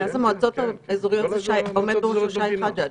בראשו של מרכז המועצות האזוריות עומד שי חג'ג'.